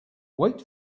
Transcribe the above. wait